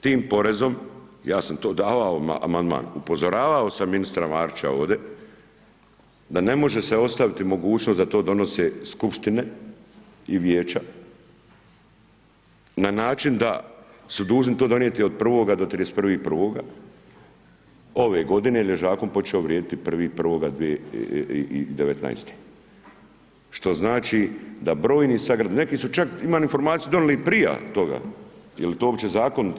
Tim porezom ja sam to davao amandman, upozoravao sam ministra Marića ovdje da ne može se ostaviti mogućnost da to donose skupštine i vijeća na način da su dužni to donijeti od 1. do 31.1. ove godine jer je zakon počeo vrijediti 1.1.2019. što znači da brojni sad, neki su čak imali informaciju donijeli prije toga, je li to uopće zakonito?